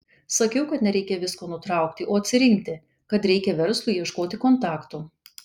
sakiau kad nereikia visko nutraukti o atsirinkti kad reikia verslui ieškoti kontaktų